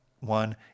One